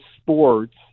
sports